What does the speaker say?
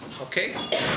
Okay